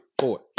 four